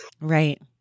Right